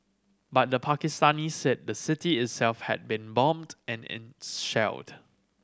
but the Pakistanis said the city itself had been bombed and in shelled